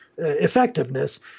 Effectiveness